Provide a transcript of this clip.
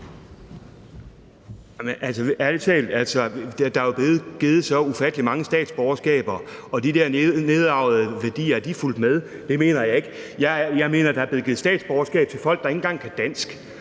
ærlig talt er der blevet givet så ufattelig mange statsborgerskaber – og er de der nedarvede værdier fulgt med? Det mener jeg ikke. Jeg mener, at der er blevet givet statsborgerskaber til folk, der ikke engang kan dansk.